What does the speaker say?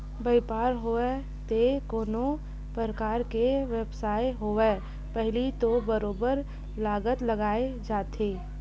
बइपार होवय ते कोनो परकार के बेवसाय होवय पहिली तो बरोबर लागत लगाए जाथे